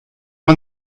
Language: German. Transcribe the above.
man